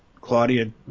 Claudia